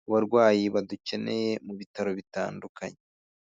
ku barwayi badukeneye mu bitaro bitandukanye.